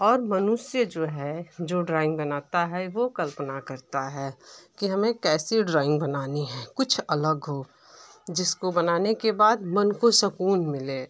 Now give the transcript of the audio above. और मनुष्य जो है जो ड्राइंग बनाता है वह कल्पना करता है कि हमें केसी ड्राइंग बनानी है कुछ अलग हो जिसको बनाने के बाद मन को सुकून मिले